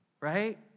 right